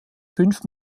fünf